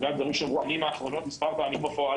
זה דברים שהועלו בשנים האחרונות מספר פעמים בפועל.